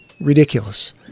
ridiculous